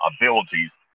abilities